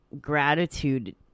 gratitude